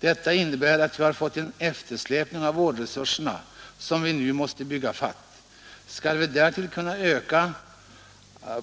—-- Detta innebär att vi har fått en eftersläpning av vårdresurserna som vi nu måste bygga ifatt. Skall vi därtill kunna öka